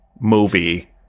movie